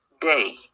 day